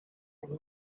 and